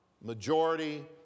majority